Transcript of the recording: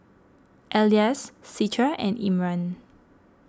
Elyas Citra and Imran